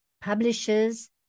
publishers